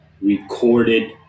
recorded